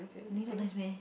really not nice mah